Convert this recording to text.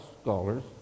scholars